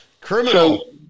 Criminal